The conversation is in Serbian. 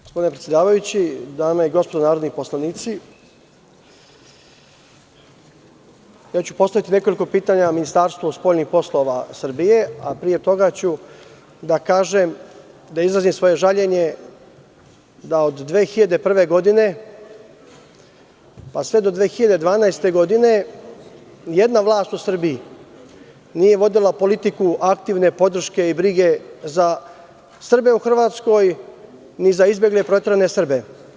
Gospodine predsedavajući, dame i gospodo narodni poslanici, postaviću nekoliko pitanja Ministarstvu spoljnih poslova Srbije, a pre toga ću da izrazim svoje žaljenje da od 2001. godine, pa sve do 2012. godine nijedna vlast u Srbiji nije vodila politiku aktivne podrške i brige za Srbe u Hrvatskoj, ni za izbegle i proterane Srbe.